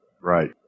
Right